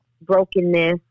brokenness